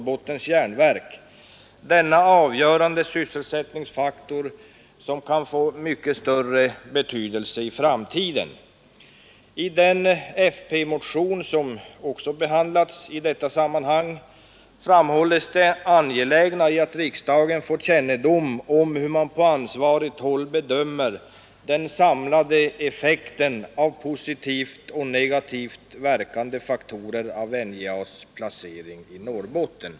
Det är en avgörande sysselsättningsfaktor som kan få ännu större betydelse i framtiden I den folkpartimotion som behandlats i detta sammanhang framhålles att det är angeläget att riksdagen får kännedom om hur man på ansvarigt håll bedömer den samlade effekten av positivt och negativt verkande faktorer av NJA s placering i Norrbotten.